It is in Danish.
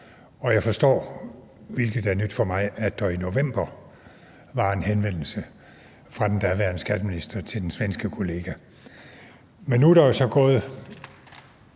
og jeg forstår, hvilket er nyt for mig, at der i november var en henvendelse fra den daværende skatteminister til den svenske kollega. Men nu er der jo så gået